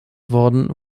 worden